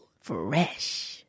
Fresh